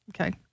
okay